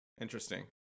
interesting